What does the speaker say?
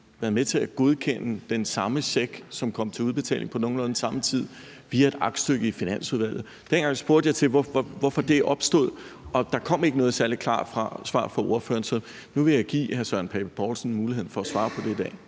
været med til at godkende den samme check, som kom til udbetaling på nogenlunde samme tid, via et aktstykke i Finansudvalget. Dengang spurgte jeg til, hvorfor det opstod, og der kom ikke noget særlig klart svar fra ordføreren, så nu vil jeg give hr. Søren Pape Poulsen muligheden for at svare på det i dag.